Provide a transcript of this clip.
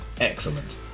Excellent